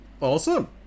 awesome